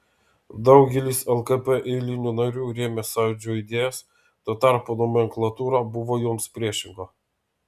daugelis lkp eilinių narių rėmė sąjūdžio idėjas tuo tarpu nomenklatūra buvo joms priešinga